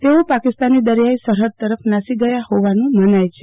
તેઓ પાકિસ્તાની દરિયાઈ સરહ દ તરફ નાસી ગયા હોવાનું મનાય છે